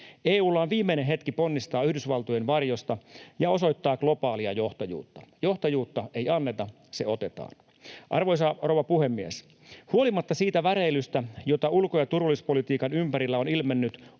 EU:lla on viimeinen hetki ponnistaa Yhdysvaltojen varjosta ja osoittaa globaalia johtajuutta. Johtajuutta ei anneta, se otetaan. Arvoisa rouva puhemies! Huolimatta siitä väreilystä, jota ulko‑ ja turvallisuuspolitiikan ympärillä on ilmennyt,